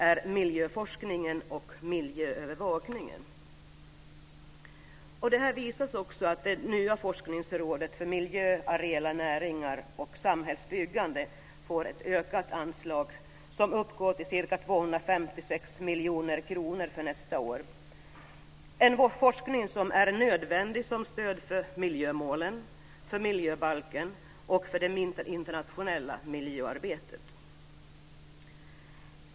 Det visar vi också genom att det nya forskningsrådet för miljö, areella näringar och samhällsbyggande får ett ökat anslag som uppgår till ca 256 miljoner kronor för nästa år. Detta är en forskning som är nödvändig som stöd för miljömålen, miljöbalken och det internationella miljöarbetet.